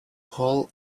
paul